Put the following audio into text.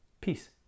Peace